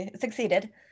Succeeded